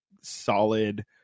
solid